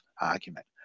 argument